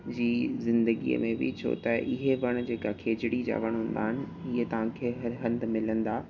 जी ज़िंदगीअ में बि छो त इहे वण जेका खेजड़ी जा वण हूंदा आहिनि इहे तव्हांखे हर हंधि मिलंदा